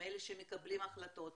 מאלה שמקבלים החלטות,